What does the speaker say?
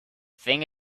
thing